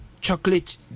chocolate